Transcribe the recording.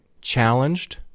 Challenged